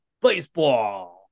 baseball